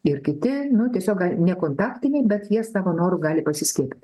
ir kiti nu tiesiog gali nekontaktiniai bet jie savo noru gali pasiskiep